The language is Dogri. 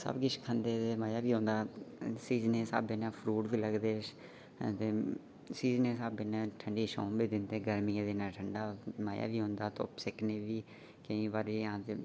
सब किश खंदे हे मजा बी होंदा सीजनें दे स्हाबै कन्नै फ्रूट बी लगदे ते सीजन दे स्हाबै नै ठण्डी छौं बी दिंदे गर्मियें दे दिनै मजा बी औंदा धुप्प सेकनी बी केई बारी